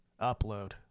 Upload